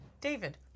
David